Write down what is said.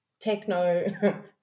techno